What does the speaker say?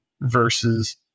versus